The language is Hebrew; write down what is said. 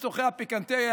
לצורכי הפיקנטריה,